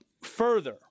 further